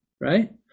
right